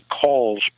calls